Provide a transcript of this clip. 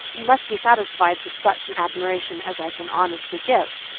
you must be satisfied with such admiration as i can honestly give.